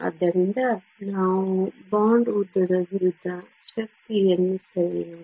ಆದ್ದರಿಂದ ನಾವು ಬಾಂಡ್ ಉದ್ದದ ವಿರುದ್ಧ ಶಕ್ತಿಯನ್ನು ಸೆಳೆಯೋಣ